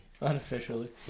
Unofficially